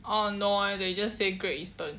uh no ah they just say great eastern